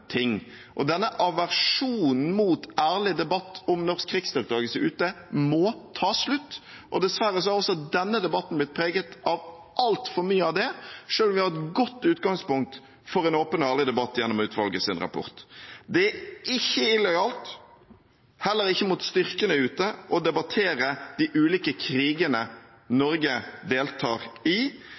ting. Denne aversjonen mot ærlig debatt om norsk krigsdeltakelse ute må ta slutt. Dessverre har også denne debatten blitt preget altfor mye av det, selv om vi hadde et godt utgangspunkt for en åpen og ærlig debatt gjennom utvalgets rapport. Det er ikke illojalt, heller ikke mot styrkene ute, å debattere de ulike krigene Norge deltar i.